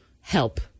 help